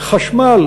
חשמל,